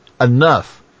Enough